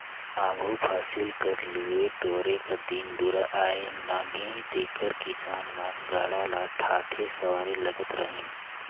आघु फसिल कर लुए टोरे कर दिन दुरा आए नगे तेकर किसान मन गाड़ा ल ठाठे सवारे लगत रहिन